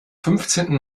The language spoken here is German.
fünfzehnten